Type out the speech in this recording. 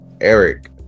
Eric